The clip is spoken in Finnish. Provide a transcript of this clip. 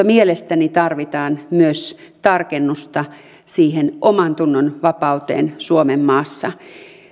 mielestäni tarvitaan myös tarkennusta omantunnonvapauteen suomenmaassa